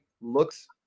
looks